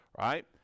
right